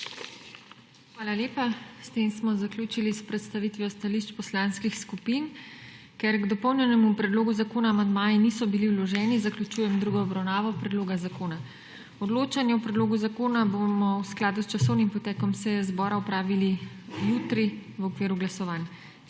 Hvala lepa. S tem smo zaključili s predstavitvijo stališč poslanskih skupin. Ker k dopolnjenemu predlogu zakona amandmaji niso bili vloženi, zaključujem drugo obravnavo predloga zakona. Odločanje o predlogu zakona bomo v skladu s časovnim potekom seje Državnega zbora opravili jutri v okviru glasovanj.